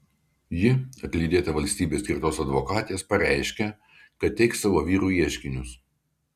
ji atlydėta valstybės skirtos advokatės pareiškė kad teiks savo vyrui ieškinius